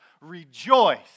rejoice